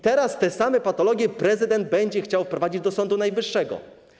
Teraz te same patologie prezydent będzie chciał wprowadzić do Sądu Najwyższego.